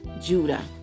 Judah